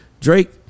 Drake